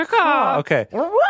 Okay